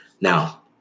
Now